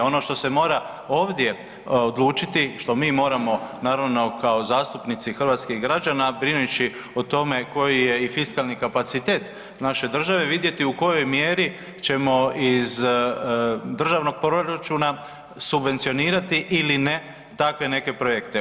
Ono što se mora ovdje odlučiti, što mi moramo naravno kao zastupnici hrvatskih građana, brineći koji je i fiskalni kapacitet naše države vidjeti u kojoj mjeri ćemo iz državnog proračuna subvencionirati ili ne takve neke projekte.